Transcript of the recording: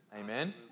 amen